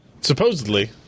Supposedly